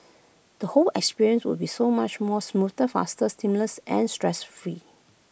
the whole experience would be so much more smoother faster seamless and stress free